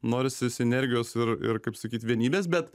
norsi sinenergijos ir ir kaip sakyt vienybės bet